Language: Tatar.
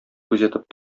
күзәтеп